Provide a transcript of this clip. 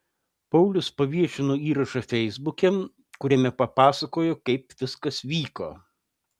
paulius paviešino įrašą feisbuke kuriame papasakojo kaip viskas vyko